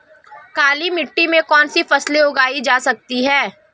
काली मिट्टी में कौनसी फसलें उगाई जा सकती हैं?